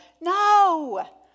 No